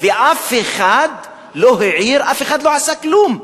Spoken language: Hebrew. ואף אחד לא העיר, אף אחד לא עשה כלום.